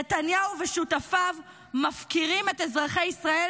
נתניהו ושותפיו מפקירים את אזרחי ישראל